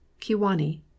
Kiwani